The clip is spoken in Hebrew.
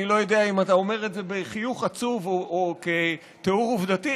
אני לא יודע אם אתה אומר את זה בחיוך עצוב או כתיאור עובדתי,